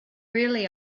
really